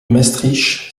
maestricht